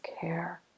care